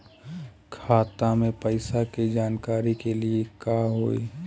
खाता मे पैसा के जानकारी के लिए का होई?